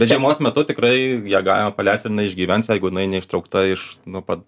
žiemos metu tikrai ją galima paleist ir jinai išgyvens jeigu jinai neištraukta iš nu pat